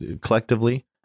collectively